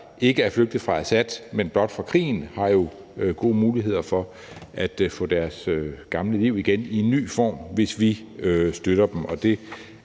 ikke er flygtet fra Assad, men blot fra krigen, har gode muligheder for at få deres gamle liv igen i en ny form, hvis vi støtter dem.